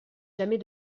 jamais